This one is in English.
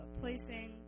placing